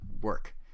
work